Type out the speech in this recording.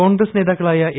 കോൺഗ്രസ് നേതാക്കളായ എ